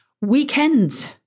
weekends